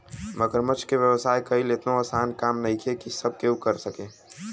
मगरमच्छ के व्यवसाय कईल एतनो आसान काम नइखे की सब केहू कर सके